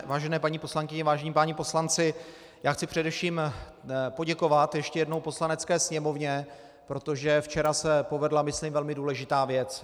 Vážené paní poslankyně, vážení páni poslanci, já chci především poděkovat ještě jednou Poslanecké sněmovně, protože včera se povedla myslím velmi důležitá věc.